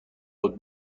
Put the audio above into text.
بود